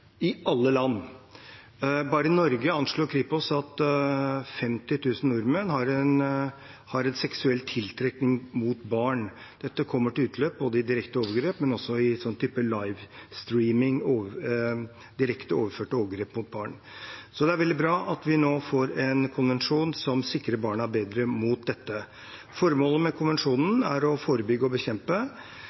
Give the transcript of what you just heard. i Norge anslår Kripos at 50 000 nordmenn har en seksuell tiltrekning mot barn. Dette kommer til utløp både i direkte overgrep og i en type «live streaming», direkte overførte overgrep mot barn. Så det er veldig bra at vi nå får en konvensjon som sikrer barna bedre mot dette. Formålet med konvensjonen er å forebygge og bekjempe,